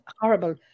horrible